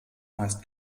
meist